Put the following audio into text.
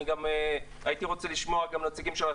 אני הם הייתי רוצה לשמוע נציגים של ה